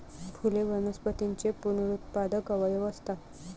फुले वनस्पतींचे पुनरुत्पादक अवयव असतात